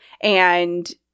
and-